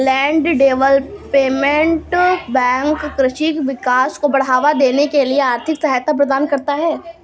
land development bank कृषि विकास को बढ़ावा देने के लिए आर्थिक सहायता प्रदान करता है